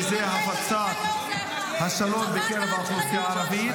זו הפצת השלום בקרב האוכלוסייה הערבית.